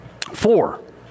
Four